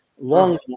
long